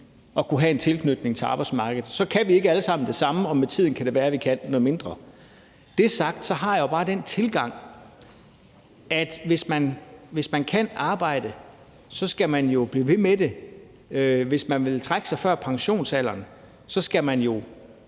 at kunne have en tilknytning til arbejdsmarkedet. Så kan vi ikke alle sammen det samme, og med tiden kan det være, at vi kan noget mindre. Når det er sagt, har jeg bare den tilgang, at hvis man kan arbejde, skal man jo blive ved med det. Hvis man vil trække sig før pensionsalderen, skal man jo